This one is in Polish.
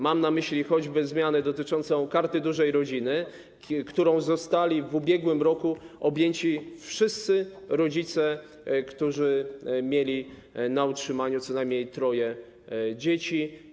Mam na myśli choćby zmianę dotyczącą Karty Dużej Rodziny, którą zostali w ubiegłym roku objęci wszyscy rodzice, którzy mieli na utrzymaniu co najmniej troje dzieci.